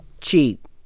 cheap